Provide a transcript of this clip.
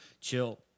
chill